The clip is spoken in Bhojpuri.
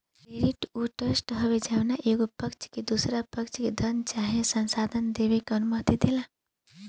क्रेडिट उ ट्रस्ट हवे जवना में एगो पक्ष दोसरा पक्ष के धन चाहे संसाधन देबे के अनुमति देला